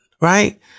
Right